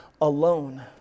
alone